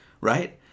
Right